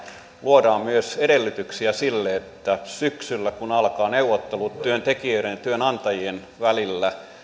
luodaan myös edellytyksiä sille että syksyllä kun alkavat neuvottelut työntekijöiden ja työnantajien välillä